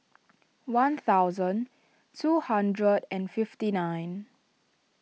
one thousand two hundred and fifty nine